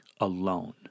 alone